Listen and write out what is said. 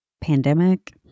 pandemic